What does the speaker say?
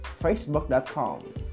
Facebook.com